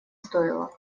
стоило